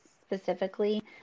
specifically